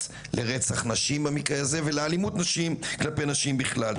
לרצח נשים במקרה הזה ולאלימות נשים ואנשים בכלל.